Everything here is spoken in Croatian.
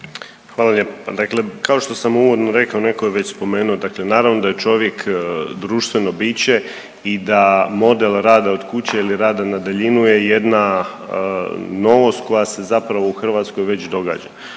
Hvala lijepa. Dakle, kao što sam uvodno rekao neko je već spomenuo, dakle naravno da je čovjek društveno biće i da model rada od kuće ili rada na daljinu je jedna novost koja se zapravo u Hrvatskoj već događa.